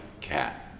cat